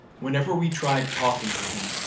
whenever we tried talking to him,